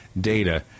Data